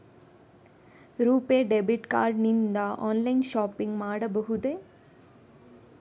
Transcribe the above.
RuPay debit card ನಿಂದ online shopping ಮಾಡಬಹುದೇ?